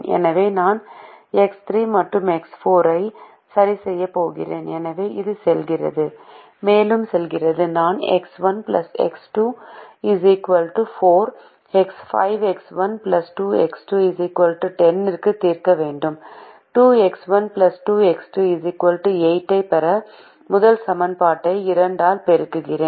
எனவே நான் எக்ஸ் 3 மற்றும் எக்ஸ் 4 ஐ 0 க்கு சரிசெய்யப் போகிறேன் எனவே இது செல்கிறது மேலும் செல்கிறது நான் X1 X2 4 5X1 2X2 10 க்கு தீர்க்க வேண்டும் 2X1 2X2 8 ஐப் பெற முதல் சமன்பாட்டை 2 ஆல் பெருக்குகிறேன்